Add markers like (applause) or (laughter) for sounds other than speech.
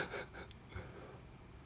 (laughs)